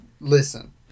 Listen